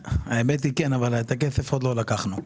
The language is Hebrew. האמת שכן, אבל את הכסף עוד לא לקחנו.